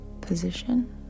position